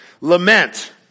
Lament